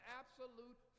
absolute